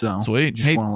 Sweet